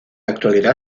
actualidad